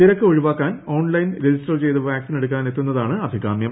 തിരക്ക് ഒഴിവാക്കാൻ online register ചെയ്ത് വാക് സിനെടുക്കാൻ എത്തുന്ന്താണ് അഭികാമൃം